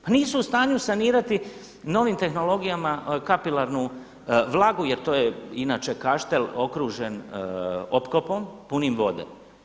Pa nisu u stanju sanirati novim tehnologijama kapilarnu vlagu jer to je inače kaštel okružen opkopom punim vode.